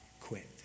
quit